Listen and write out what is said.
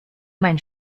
mein